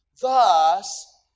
Thus